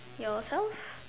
yourself